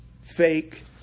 fake